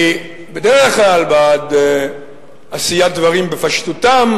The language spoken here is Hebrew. אני בדרך כלל בעד עשיית דברים בפשטותם.